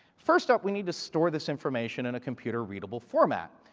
first, we need to store this information and a computer readable format.